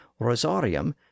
rosarium